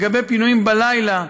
לגבי פינויים בלילה,